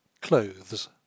clothes